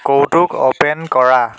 কৌতুক অ'পেন কৰা